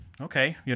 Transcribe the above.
okay